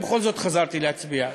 ובכל זאת חזרתי להצביע,